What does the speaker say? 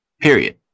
period